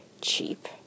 cheap